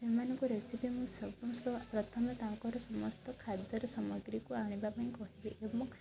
ସେମାନଙ୍କୁ ରେସିପି ମୁଁ ସମସ୍ତ ପ୍ରଥମେ ତାଙ୍କର ସମସ୍ତ ଖାଦ୍ୟର ସାମଗ୍ରୀକୁ ଆଣିବା ପାଇଁ କହିବି ଏବଂ